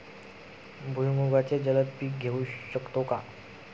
भुईमुगाचे जलद पीक घेऊ शकतो का?